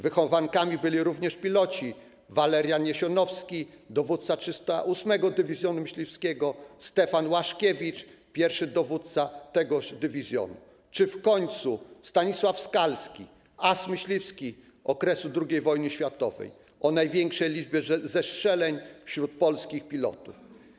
Wychowankami byli również piloci Walerian Jesionowski, dowódca 308. Dywizjonu Myśliwskiego, Stefan Łaszkiewicz, pierwszy dowódca tegoż dywizjonu, czy w końcu Stanisław Skalski, as myśliwski z okresu drugiej wojny światowej o największej liczbie zestrzeleń wśród polskich pilotów.